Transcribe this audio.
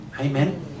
Amen